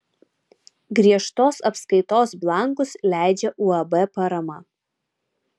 griežtos apskaitos blankus leidžia uab parama